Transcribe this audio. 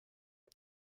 det